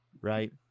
Right